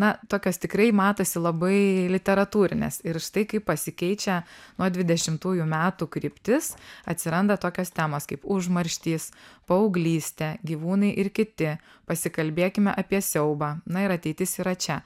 na tokios tikrai matosi labai literatūrinės ir štai kai pasikeičia nuo dvidešimtųjų metų kryptis atsiranda tokios temos kaip užmarštys paauglystė gyvūnai ir kiti pasikalbėkime apie siaubą na ir ateitis yra čia